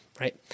right